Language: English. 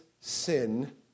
sin